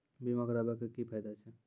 बीमा कराबै के की फायदा छै?